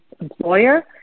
employer